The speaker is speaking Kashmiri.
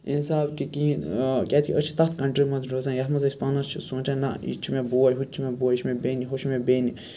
اِنساب کہِ کِہیٖنۍ کیٛازکہِ أسۍ چھِ تَتھ کَنٹری مَنٛز روزان یَتھ منٛز أسۍ پانَس چھِ سونٛچان نہ تہِ تہِ چھُ مےٚ بوے ہُہ تہِ چھُ مےٚ بوے یہِ چھُ مےٚ ہُہ چھُ مےٚ بیٚنہِ